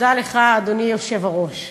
תודה לך, אדוני היושב-ראש.